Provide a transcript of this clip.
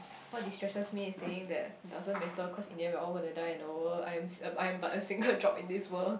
what destresses me is thinking that doesn't matter cause in the end we are all going to die in the world I'm I'm but a single drop in this world